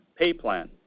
PayPlan